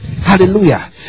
Hallelujah